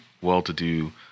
well-to-do